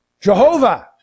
Jehovah